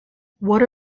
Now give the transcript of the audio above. what